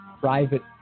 private